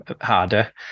harder